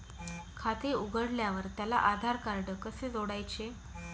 खाते उघडल्यावर त्याला आधारकार्ड कसे जोडायचे?